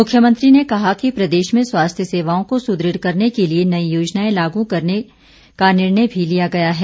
मुख्यमंत्री ने कहा कि प्रदेश में स्वास्थ्य सेवाओं को सुदृढ़ करने के लिए नई योजनाएं लागू करने का निर्णय भी लिया गया है